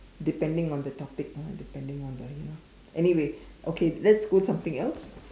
depending on the topic ah depending on the ya know anyway okay let's go something else